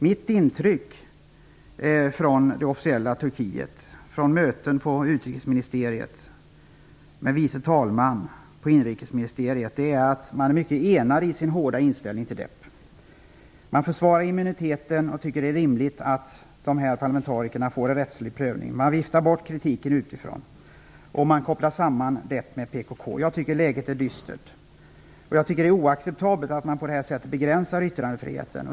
Mitt intryck från det officiella Turkiet, från möten på utrikesministeriet med vice talman och på inrikesministeriet, är att man är mycket enad i sin hårda inställning till DEP. Man försvarar immuniteten och tycker att det är rimligt att de här parlamentarikerna får en rättslig prövning. Man viftar bort kritiken utifrån, och man kopplar samman DEP med PKK. Jag tycker att läget är dystert. Jag tycker dessutom att det är oacceptabelt att man på det här sättet begränsar yttrandefriheten.